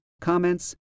comments